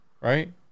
Right